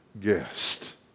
guest